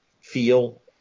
feel